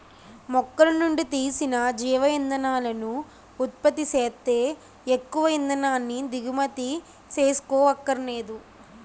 మొక్కలనుండి తీసిన జీవ ఇంధనాలను ఉత్పత్తి సేత్తే ఎక్కువ ఇంధనాన్ని దిగుమతి సేసుకోవక్కరనేదు